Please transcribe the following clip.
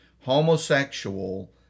homosexual